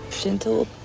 Gentle